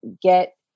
get